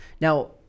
Now